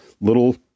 little